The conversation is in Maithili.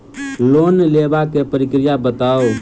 लोन लेबाक प्रक्रिया बताऊ?